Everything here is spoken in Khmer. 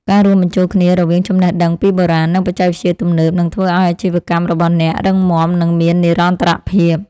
ការរួមបញ្ចូលគ្នារវាងចំណេះដឹងពីបុរាណ និងបច្ចេកវិទ្យាទំនើបនឹងធ្វើឱ្យអាជីវកម្មរបស់អ្នករឹងមាំនិងមាននិរន្តរភាព។